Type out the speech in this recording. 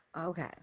Okay